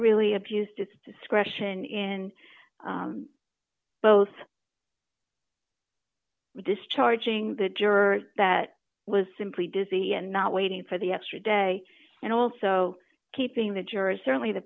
really abused its discretion in both discharging that juror that was simply dizzy and not waiting for the extra day and also keeping the jurors certainly the